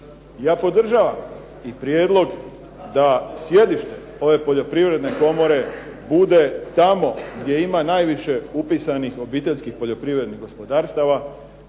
Ja podržavam i prijedlog da sjedište ove Poljoprivredne komore bude tamo gdje ima najviše upisanih obiteljskih poljoprivrednih gospodarstava.